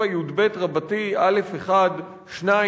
97יב(א1)(2)